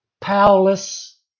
powerless